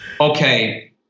okay